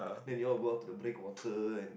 then you all go out to the break water and